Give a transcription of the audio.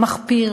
מחפיר,